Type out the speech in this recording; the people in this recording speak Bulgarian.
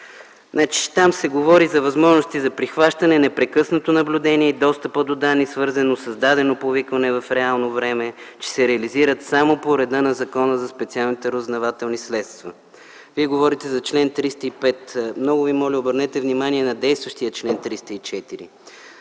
Там се говори за възможности за прихващане, непрекъснато наблюдение и достъп до данни, свързани с дадено повикване в реално време, че се реализират само по реда на Закона за специалните разузнавателни средства. Вие говорите за чл. 305. Много Ви моля, обърнете внимание на действащия чл. 304